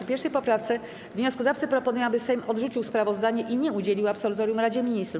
W 1. poprawce wnioskodawcy proponują, aby Sejm odrzucił sprawozdanie i nie udzielił absolutorium Radzie Ministrów.